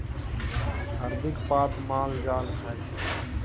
हरदिक पात माल जाल खाइ छै